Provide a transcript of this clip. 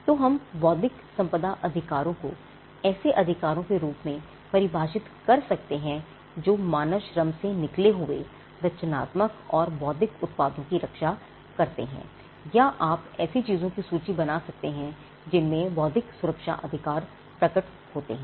तो हम बौद्धिक संपदा अधिकारों को ऐसे अधिकारों के रूप में परिभाषित कर सकते हैं जो मानव श्रम से निकले हुए रचनात्मक और बौद्धिक उत्पादों की रक्षा करते हैं या आप ऐसी चीजों की सूची बना सकते हैं जिनमें बौद्धिक सुरक्षा अधिकार प्रकट होते हैं